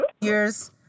years